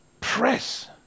press